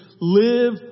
live